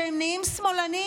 שהם נהיים שמאלנים,